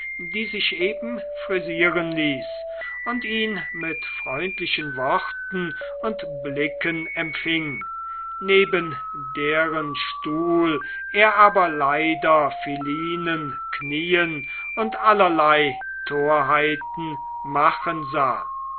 die sich eben frisieren ließ und ihn mit freundlichen worten und blicken empfing neben deren stuhl er aber leider philinen knien und allerlei torheiten machen sah